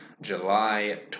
July